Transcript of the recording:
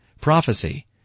prophecy